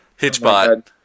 Hitchbot